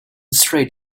straight